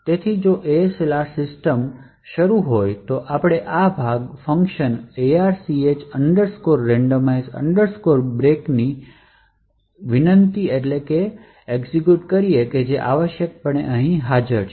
તેથી જો ASLR system પર સક્ષમ થયેલ છે તો અમે આ ભાગ ફંક્શન arch randomize break ની વિનંતી કરીએ છીએ જે આવશ્યકપણે અહીં હાજર છે